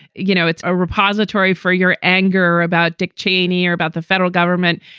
you know, it's a repository for your anger about dick cheney or about the federal government.